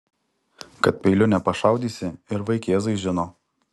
kad peiliu nepašaudysi ir vaikėzai žino